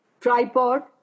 tripod